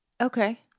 Okay